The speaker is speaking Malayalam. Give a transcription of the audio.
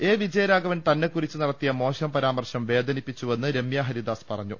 എ വിജയരാഘവൻ തന്നെ കുറിച്ച് നടത്തിയ മോശം പരാ മർശം വേദനിപ്പിച്ചുവെന്ന് രമ്യാഹരിദാസ് പറഞ്ഞു